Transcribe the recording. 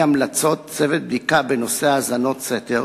המלצותיו של צוות בדיקה בנושא האזנות סתר